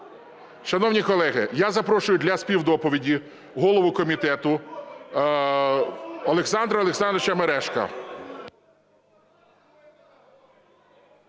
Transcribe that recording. Шановні колеги, я запрошую для співдоповіді голову комітету Олександра Олександровича Мережка.